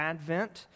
Advent